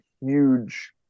huge